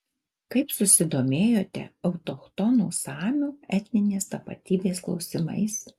kaip susidomėjote autochtonų samių etninės tapatybės klausimais